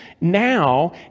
now